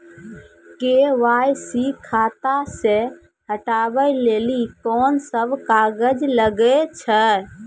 KYC खाता से हटाबै लेली कोंन सब कागज लगे छै?